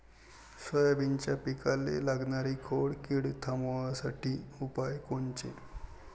सोयाबीनच्या पिकाले लागनारी खोड किड थांबवासाठी उपाय कोनचे?